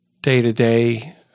day-to-day